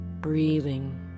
breathing